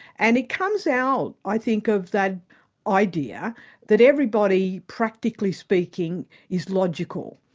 and it comes out i think of that idea that everybody, practically speaking, is logical.